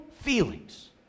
feelings